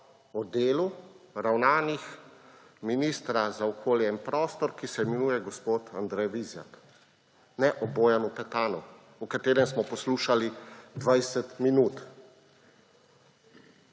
o delu, ravnanjih ministra za okolje in prostor, ki se imenuje gospod Andrej Vizjak; ne o Bojanu Petanu, o katerem smo poslušali 20 minut,